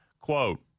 Quote